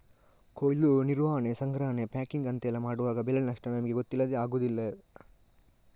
ಕೊಯ್ಲು, ನಿರ್ವಹಣೆ, ಸಂಗ್ರಹಣೆ, ಪ್ಯಾಕಿಂಗ್ ಅಂತೆಲ್ಲ ಮಾಡುವಾಗ ಬೆಳೆ ನಷ್ಟ ನಮಿಗೆ ಗೊತ್ತಿಲ್ಲದೇ ಆಗುದಿದೆಯಲ್ಲ